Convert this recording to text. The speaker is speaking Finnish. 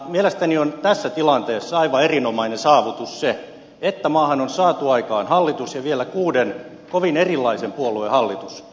mielestäni tässä tilanteessa on aivan erinomainen saavutus se että maahan on saatu aikaan hallitus ja vielä kuuden kovin erilaisen puolueen hallitus